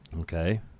Okay